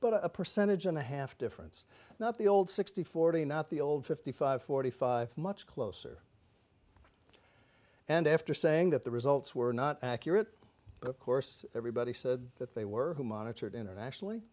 but a percentage and a half difference not the old sixty forty not the old fifty five forty five much closer and after saying that the results were not accurate but of course everybody said that they were monitored internationally